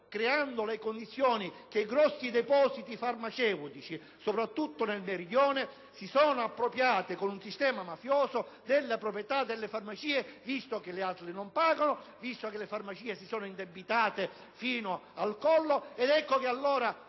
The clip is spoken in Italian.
creando le condizioni a che i grossi depositi farmaceutici, soprattutto nel Meridione, si appropriassero, con un sistema mafioso, della proprietà delle farmacie, visto che gli altri non pagano, visto che le farmacie si sono indebitate fino al collo. Ecco allora